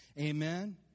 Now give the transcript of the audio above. Amen